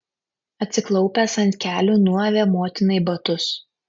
atsiklaupęs ant kelių nuavė motinai batus